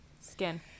Skin